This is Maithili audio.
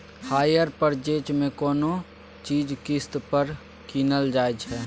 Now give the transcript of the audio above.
हायर पर्चेज मे कोनो चीज किस्त पर कीनल जाइ छै